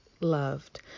Loved